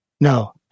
No